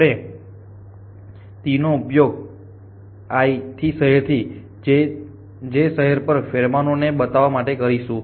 આપણે T i j નો ઉપયોગ i th શહેર થી j th શહેર પર ફેરોમોન ને બતાવા માટે કરીશું